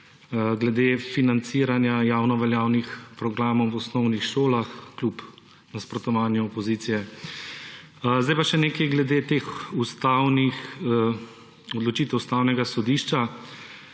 glede financiranja javnoveljavnih programov v osnovnih šolah kljub nasprotovanju opozicije. Sedaj pa še nekaj glede teh odločitev Ustavnega sodišča